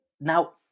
Now